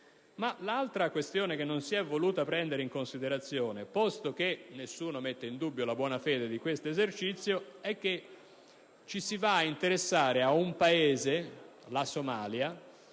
L'altra questione che non si è voluto prendere in considerazione, posto che nessuno mette in dubbio la buona fede di questo esercizio, è che ci si va ad interessare di un Paese, la Somalia,